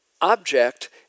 object